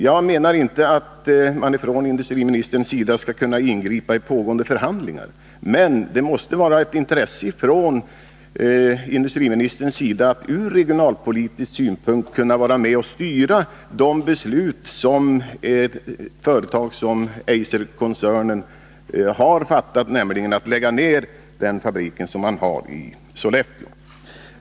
Jag menar inte att industriministern skall kunna ingripa i pågående förhandlingar. Men det måste vara ett intresse från industriministerns sida att ur regionalpolitisk synpunkt kunna vara med och styra det beslut som Eiserkoncernen har fattat, nämligen att lägga ned den fabrik de har i Sollefteå.